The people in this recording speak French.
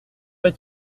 pas